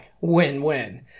Win-win